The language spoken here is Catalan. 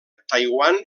taiwan